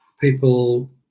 People